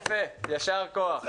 יפה, יישר כוח.